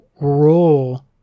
role